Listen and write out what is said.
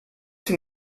sie